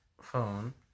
phone